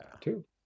two